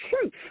truth